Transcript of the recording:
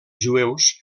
jueus